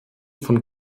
von